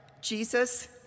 Jesus